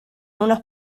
unas